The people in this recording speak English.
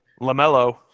LaMelo